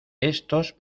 estos